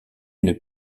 une